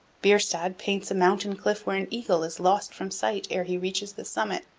bierstadt paints a mountain cliff where an eagle is lost from sight ere he reaches the summit.